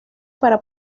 para